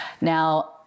Now